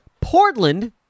Portland